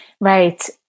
Right